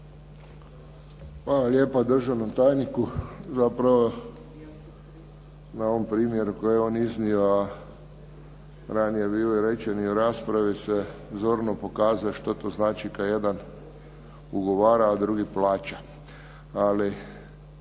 lijepa državnom tajniku, zapravo na ovom primjeru koji je on ovdje iznio, ranije bilo rečeni i u raspravi se zorno pokazuje što to znači kada jedan ugovara a drugi plaća. Ali